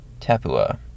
Tapua